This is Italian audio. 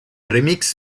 remix